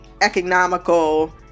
economical